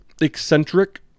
eccentric